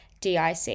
DIC